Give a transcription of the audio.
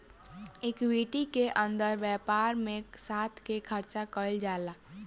equity के अंदर व्यापार में साथ के चर्चा कईल जाला